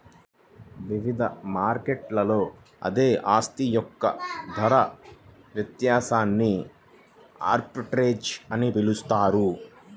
వివిధ మార్కెట్లలో అదే ఆస్తి యొక్క ధర వ్యత్యాసాన్ని ఆర్బిట్రేజ్ అని పిలుస్తారు